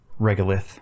regolith